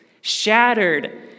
Shattered